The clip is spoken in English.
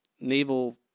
naval